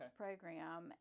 program